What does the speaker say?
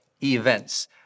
events